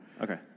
Okay